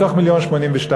מתוך מיליון ו-82,000,